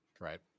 right